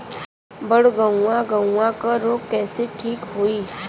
बड गेहूँवा गेहूँवा क रोग कईसे ठीक होई?